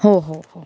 हो हो हो